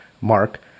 mark